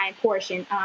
portion